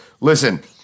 listen